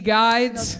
guides